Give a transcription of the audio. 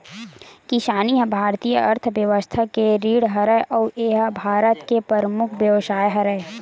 किसानी ह भारतीय अर्थबेवस्था के रीढ़ हरय अउ ए ह भारत के परमुख बेवसाय हरय